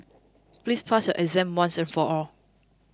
please pass your exam once and for all